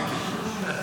מיקי.